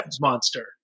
monster